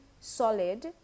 solid